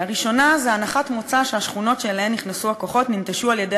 הראשון זה הנחת מוצא שהשכונות שאליהן נכנסו הכוחות ננטשו על-ידי